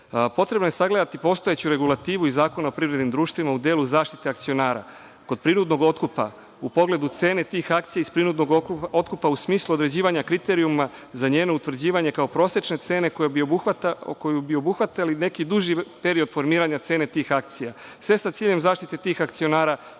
je sagledati postojeću regulativu iz Zakona o privrednim društvima u delu zaštite akcionara od prinudnog otkupa u pogledu cene tih akcija iz prinudnog otkupa u smislu određivanja kriterijuma za njeno utvrđivanje oko prosečne cene koju bi obuhvatio neki duži period formiranja cene tih akcija sve sa ciljem zaštite tih akcionara